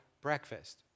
breakfast